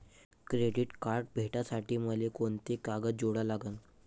Credit card भेटासाठी मले कोंते कागद जोडा लागन?